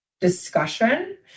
discussion